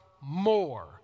more